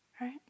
right